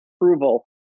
approval